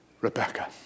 Rebecca